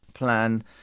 plan